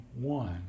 one